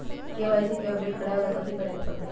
KYC के update करवावेला कथि करें के परतई?